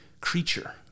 creature